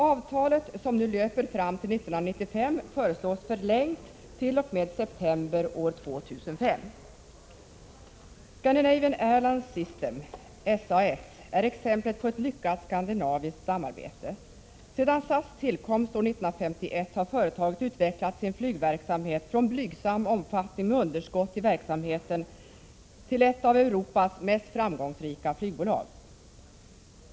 Avtalet, som nu löper fram till 1995, föreslås förlängt t.o.m. september år 2005. Scandinavian Airlines System, SAS, är exemplet på ett lyckat skandinaviskt samarbete. Sedan SAS tillkomst år 1951 har företaget utvecklat sin flygverksamhet från blygsam omfattning med underskott i verksamheten till ett av Europas mest framgångsrika flygbolag.